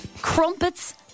Crumpets